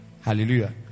Hallelujah